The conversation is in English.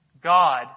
God